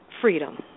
freedom